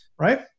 right